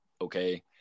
okay